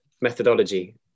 methodology